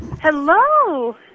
Hello